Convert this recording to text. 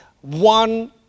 one